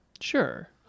Sure